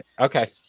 Okay